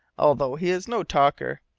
although he is no talker.